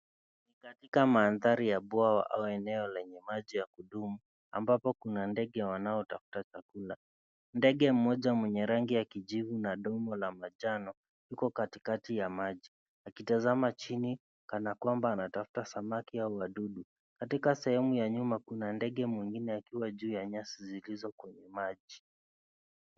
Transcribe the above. Ni katika mandhari ya bwawa au eneo lenye maji ya kudumu, ambapo kuna ndege wanaotafuta chakula. Ndege mmoja mwenye rangi ya kijivu na domo la manjano yuko katikati ya maji akitazama chini kana kwamba anatafuta samaki au wadudu. Katika sehemu ya nyuma kuna ndege mwingine akiwa juu ya nyasi zilizo kwenye maji.